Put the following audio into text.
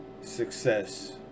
success